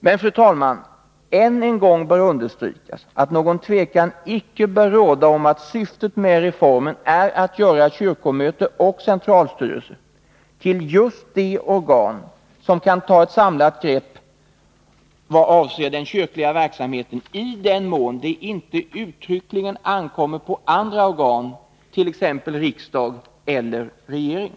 Men, fru talman, än en gång bör understrykas att något tvivel icke bör råda om att syftet med reformen är att göra kyrkomöte och centralstyrelse till just de organ som kan ta ett samlat grepp över den kyrkliga verksamheten i den mån det inte uttryckligen ankommer på andra organ, t.ex. riksdag eller regering.